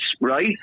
right